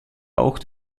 auch